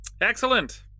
Excellent